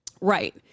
Right